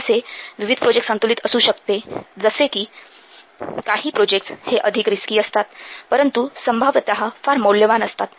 कसे विविध प्रोजेक्टस संतुलित असू शकते जसे कि काही प्प्रोजेक्टस हे अधिक रिस्की असतात परंतु संभाव्यतः फार मौल्यवान असतात